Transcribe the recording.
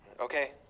Okay